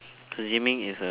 cause gymming is a